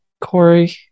Corey